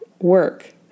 work